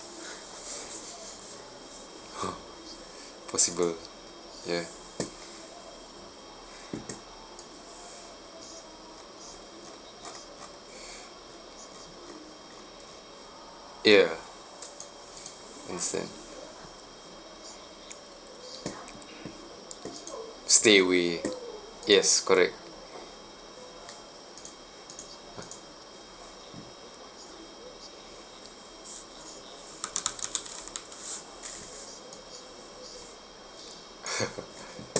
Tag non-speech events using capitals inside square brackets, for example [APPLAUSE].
[NOISE] possible ya ya instead stay away yes correct [LAUGHS]